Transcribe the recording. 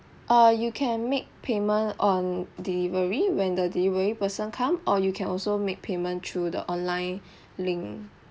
err you can make payment on delivery when the delivery person come or you can also make payment through the online link